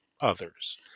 others